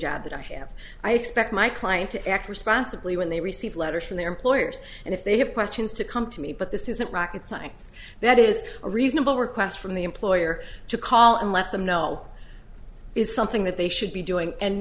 job that i have i expect my client to act responsibly when they receive letters from their employers and if they have questions to come to me but this isn't rocket science that is a reasonable request from the employer to call and let them know it's something that they should be doing and